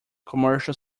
commercial